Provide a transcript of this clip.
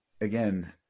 again